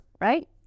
right